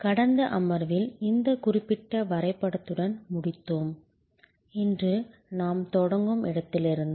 கடந்த அமர்வில் இந்த குறிப்பிட்ட வரைபடத்துடன் முடித்தோம் இன்று நாம் தொடங்கும் இடத்திலிருந்து